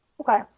okay